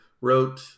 wrote